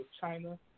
China